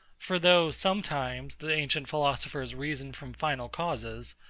for though, sometimes, the ancient philosophers reason from final causes,